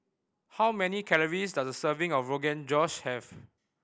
how many calories does a serving of Rogan Josh have